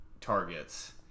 targets